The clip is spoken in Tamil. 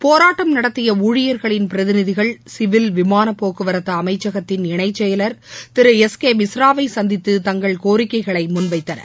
போராட்டம் நடத்திய ஊழியர்களின் பிரதிநிதிகள் சிவில் விமானப்போக்குவரத்து அமைச்சகத்தின் இணைச்செயலர் திரு எஸ் கே மிஸ்ராவை சந்தித்து தங்கள் கோரிக்கைகளை முன்வைத்தனர்